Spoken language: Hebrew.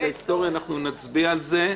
אנחנו נצביע על זה.